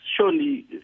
surely